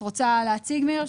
את רוצה להציג, מירי?